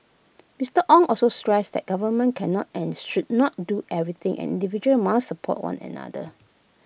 Mister Ong also stressed that government cannot and should not do everything and individuals must support one another